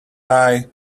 eye